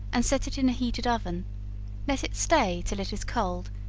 and set it in a heated oven let it stay till it is cold,